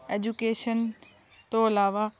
education ਤੋਂ ਇਲਾਵਾ